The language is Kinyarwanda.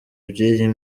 iby’iyi